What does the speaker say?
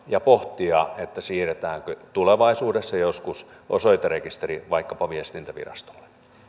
ja pohtia siirretäänkö tulevaisuudessa joskus osoiterekisteri vaikkapa viestintävirastolle